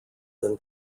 than